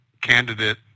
candidate